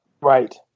right